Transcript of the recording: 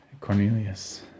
Cornelius